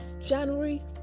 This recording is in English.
January